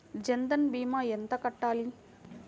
జన్ధన్ భీమా ఎంత కట్టాలి?